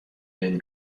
این